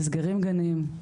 נסגרים גנים,